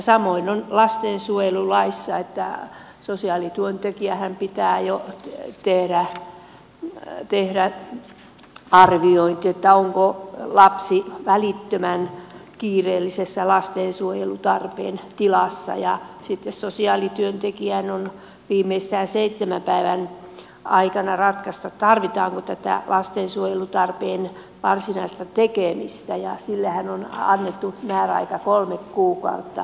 samoin on lastensuojelulaissa että sosiaalityöntekijän pitää jo tehdä arviointi onko lapsi välittömän kiireellisessä lastensuojelutarpeen tilassa ja sitten sosiaalityöntekijän on viimeistään seitsemän päivän aikana ratkaistava tarvitaanko tätä lastensuojelutarpeen varsinaista tekemistä ja sillehän on annettu määräaika kolme kuukautta